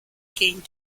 gained